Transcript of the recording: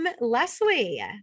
Leslie